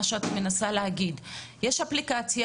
שאתה מנסה להגיד כבר חמש שנים יש אפליקציה,